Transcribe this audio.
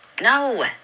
no